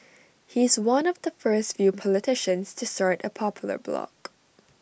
he's one of the first few politicians to start A popular blog